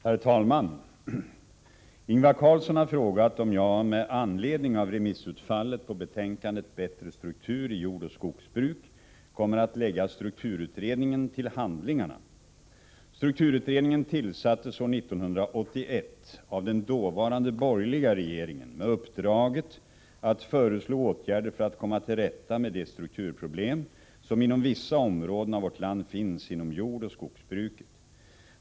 Herr talman! Ingvar Karlsson i Bengtsfors har frågat om jag med anledning kommer att lägga strukturutredningen till handlingarna. Tisdagen den Strukturutredningen tillsattes år 1981 av den dåvarande borgerliga rege 16 oktober 1984 ringen med uppdraget att föreslå åtgärder för att komma till rätta med de strukturproblem som inom vissa områden av vårt land finns inom jordoch — Om regeringens vi skogsbruket.